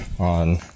on